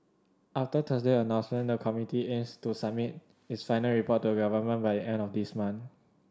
after Thursday announcement the committee aims to submit its final report to a by the end of this month